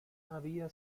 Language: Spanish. había